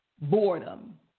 boredom